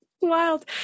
wild